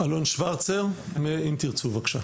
אלון שוורצר, מ"אם תרצו", בבקשה.